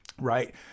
Right